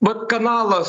vat kanalas